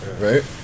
right